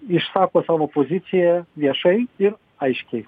išsako savo poziciją viešai ir aiškiai